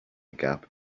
gap